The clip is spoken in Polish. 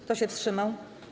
Kto się wstrzymał?